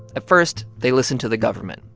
at first, they listened to the government,